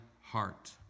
heart